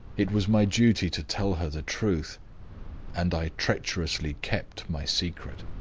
it was my duty to tell her the truth and i treacherously kept my secret.